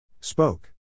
Spoke